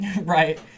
Right